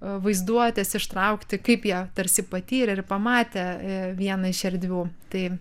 vaizduotės ištraukti kaip jie tarsi patyrė ir pamatė vieną iš erdvių tai